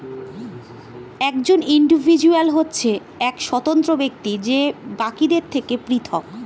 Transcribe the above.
একজন ইন্ডিভিজুয়াল হচ্ছে এক স্বতন্ত্র ব্যক্তি যে বাকিদের থেকে পৃথক